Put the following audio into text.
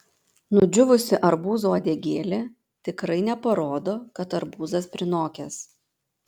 nudžiūvusi arbūzo uodegėlė tikrai neparodo kad arbūzas prinokęs